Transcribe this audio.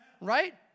right